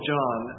John